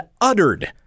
uttered